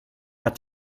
hat